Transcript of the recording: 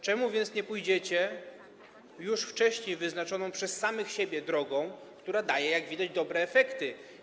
Czemu więc nie pójdziecie już wcześniej wyznaczoną przez samych siebie drogą, która daje, jak widać, dobre efekty?